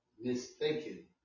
mistaken